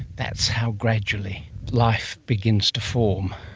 that's how gradually life begins to form,